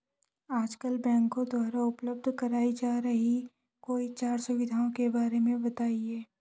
आजकल बैंकों द्वारा उपलब्ध कराई जा रही कोई चार सुविधाओं के बारे में बताइए?